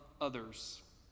others